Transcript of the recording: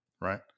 right